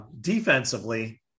defensively